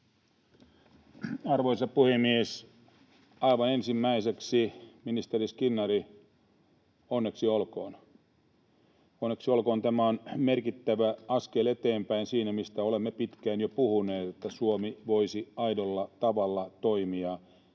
Arvoisa puhemies! Aivan ensimmäiseksi: Ministeri Skinnari, onneksi olkoon! Onneksi olkoon, tämä on merkittävä askel eteenpäin siinä, mistä olemme pitkään jo puhuneet, että Suomi voisi aidolla tavalla toimia kansainvälisten